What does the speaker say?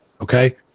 okay